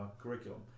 curriculum